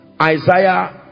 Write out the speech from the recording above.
Isaiah